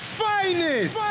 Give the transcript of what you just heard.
finest